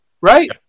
right